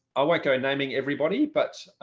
i won't go naming everybody. but